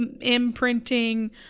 imprinting